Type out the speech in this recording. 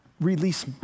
release